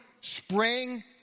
spring